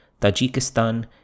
Tajikistan